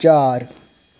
चार